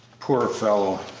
poor fellow!